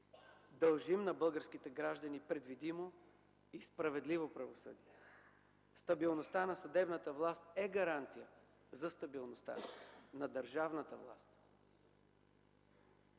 Дължим на българските граждани предвидимо и справедливо правосъдие. Стабилността на съдебната власт е гаранция за стабилността на държавната власт.